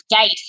gate